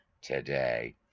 today